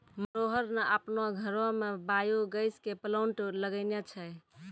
मनोहर न आपनो घरो मॅ बायो गैस के प्लांट लगैनॅ छै